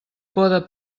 poda